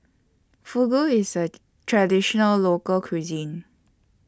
Fugu IS A Traditional Local Cuisine